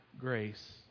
grace